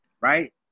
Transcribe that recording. Right